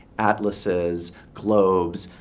atlases, globes,